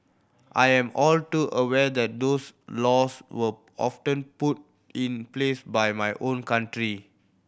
I am all too aware that those laws were often put in place by my own country